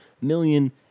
million